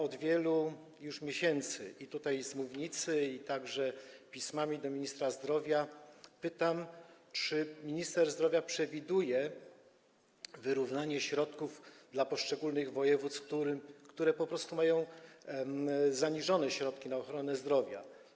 Od wielu już miesięcy tutaj, z mównicy, a także w pismach do ministra zdrowia pytam, czy minister zdrowia przewiduje wyrównanie środków dla poszczególnych województw, które po prostu mają zaniżone fundusze na ochronę zdrowia.